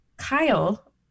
Kyle